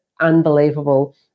unbelievable